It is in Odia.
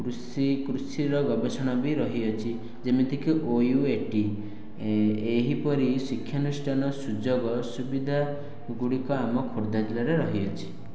କୃଷି କୃଷିର ଗବେଷଣା ବି ରହିଅଛି ଯେମିତିକି ଓ ୟୁ ଏ ଟି ଏହିପରି ଶିକ୍ଷାନୁଷ୍ଠାନ ସୁଯୋଗ ସୁବିଧା ଗୁଡ଼ିକ ଆମ ଖୋର୍ଦ୍ଧା ଜିଲ୍ଲାରେ ରହିଅଛି